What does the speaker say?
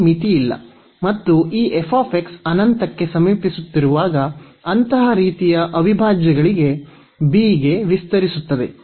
ಇಲ್ಲಿ ಮಿತಿಯಿಲ್ಲ ಮತ್ತು ಈ ಅನಂತಕ್ಕೆ ಸಮೀಪಿಸುತ್ತಿರುವಾಗ ಅಂತಹ ರೀತಿಯ ಅವಿಭಾಜ್ಯಗಳಿಗೆ b ವಿಸ್ತರಿಸುತ್ತದೆ